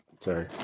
Sorry